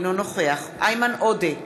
אינו נוכח איימן עודה,